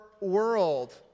world